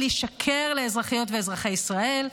לשקר לאזרחיות ואזרחי ישראל,